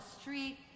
street